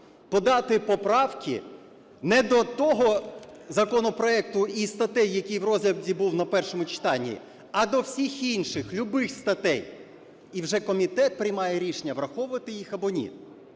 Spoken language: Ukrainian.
подати поправки не до того законопроекту і статей, які в розгляді був на першому читанні, а до всіх інших любих статей, і вже комітет приймає рішення враховувати їх або ні.